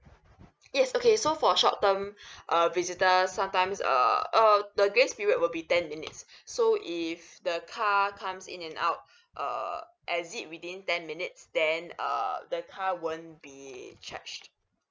yes okay so for short term err visitors sometimes err uh the grace period will be ten minutes so if the car comes in and out err exit within ten minutes then err the car won't be charged